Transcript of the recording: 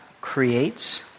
creates